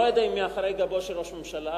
לא יודע אם מאחורי גבו של ראש ממשלה,